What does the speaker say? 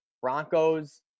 broncos